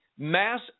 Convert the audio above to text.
Mass